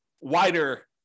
wider